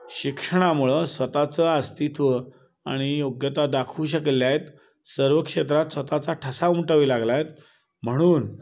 शिक्षणामुळं स्वत चं अस्तित्व आणि योग्यता दाखवू शकलेल्या आहेत सर्व क्षेत्रात स्वत चा ठसा उमटवू लागल्या आहेत म्हणून